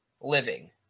living